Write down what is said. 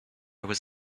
was